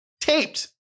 taped